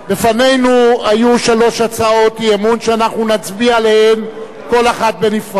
לפנינו היו שלוש הצעות אי-אמון שאנחנו נצביע עליהן כל אחת בנפרד.